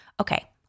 Okay